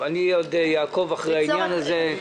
אני עוד אעקוב אחרי העניין הזה.